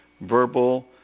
Verbal